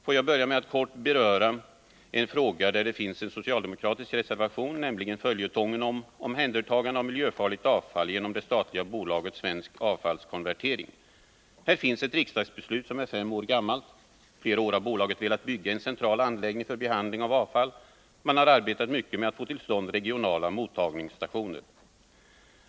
Får jag börja med att kort beröra en fråga där det finns en socialdemokratisk reservation, nämligen följetongen om omhändertagande av miljöfarligt avfall genom det statliga bolaget Svensk avfallskonvertering. Här finns ett riksdagsbeslut som är fem år gammalt. I flera år har bolaget velat bygga en central anläggning för behandling av avfall. Man har arbetat mycket med att få till stånd regionala mottagningsstationer.